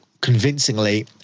convincingly